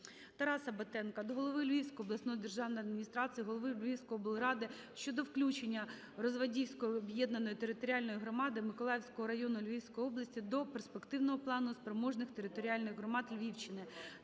Тараса Батенка до голови Львівської обласної державної адміністрації, голови Львівської облради щодо включення Розвадівської об'єднаної територіальної громади Миколаївського району Львівської області до Перспективного плану спроможних територіальних громад Львівщини.